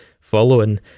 following